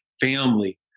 family